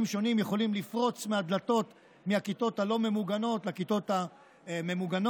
שונים יכולים לפרוץ מהדלתות מהכיתות הלא-ממוגנות לכיתות הממוגנות.